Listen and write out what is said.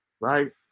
Right